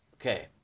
Okay